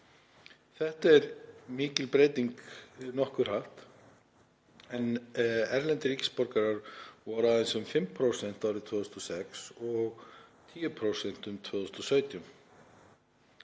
Þetta er mikil breyting nokkuð hratt en erlendir ríkisborgarar voru aðeins um 5% árið 2006 og 10% árið 2017.